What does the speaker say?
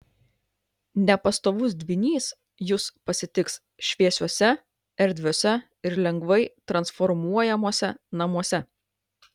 nepastovus dvynys jus pasitiks šviesiuose erdviuose ir lengvai transformuojamuose namuose